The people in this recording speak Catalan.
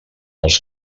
els